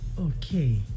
Okay